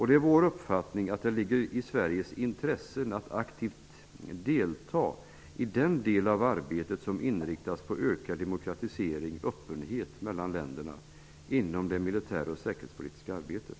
Det är vår uppfattning att det ligger i Sveriges intresse att aktivt delta i den del av arbetet som inriktas på ökad demokratisering och öppenhet mellan länderna inom det militära och säkerhetspolitiska arbetet.